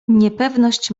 niepewność